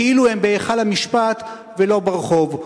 כאילו הם בהיכל המשפט ולא ברחוב.